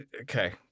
Okay